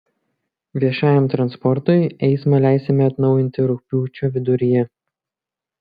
viešajam transportui eismą leisime atnaujinti rugpjūčio viduryje